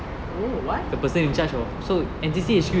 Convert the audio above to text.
oh why